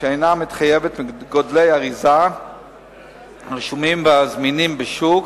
שאינה מתחייבת מגודלי האריזה הרשומים והזמינים בשוק,